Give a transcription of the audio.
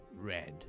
red